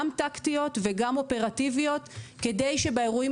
גם טקטיות וגם אופרטיביות כדי שבאירועים